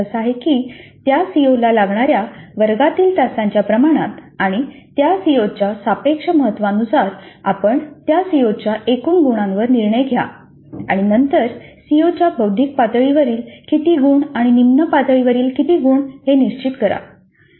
याचा अर्थ असा की त्या सीओला लागणार्या वर्गातील तासांच्या प्रमाणात आणि त्या सीओच्या सापेक्ष महत्त्वानुसार आपण त्या सीओच्या एकूण गुणांवर निर्णय घ्या आणि नंतर सीओच्या बौद्धिक पातळीवर किती गुण आणि निम्न पातळीवर किती गुण हे निश्चित करा